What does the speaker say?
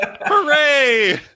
hooray